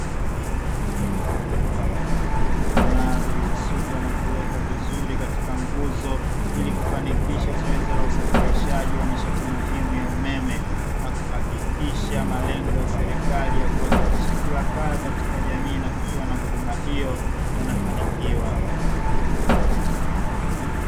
Nyaya zilizosukwa na kuwekwa vizuri katika nguzo, ili kufanikisha zoezi la usafirishaji wa nishati muhimu ya umeme na kuhakikisha malengo ya serikali ya kuhakikisha kila kaya katika jamii inafikiwa na huduma hiyo yanafikiwa.